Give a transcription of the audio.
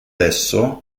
esso